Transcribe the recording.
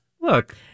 look